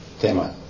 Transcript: tema